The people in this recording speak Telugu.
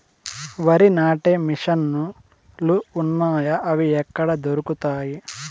వరి నాటే మిషన్ ను లు వున్నాయా? అవి ఎక్కడ దొరుకుతాయి?